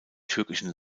türkischen